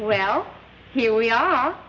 well here we are